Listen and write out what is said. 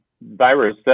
virus